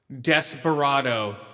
Desperado